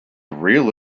real